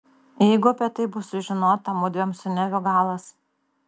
jeigu apie tai bus sužinota mudviem su neviu galas